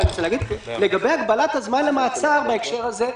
לגבי הגבלת הזמן למעצר בהקשר הזה,